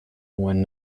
when